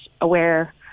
aware